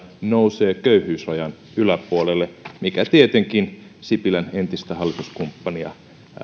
nousee köyhyysrajan yläpuolelle mikä tietenkin sipilän entistä hallituskumppania